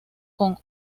con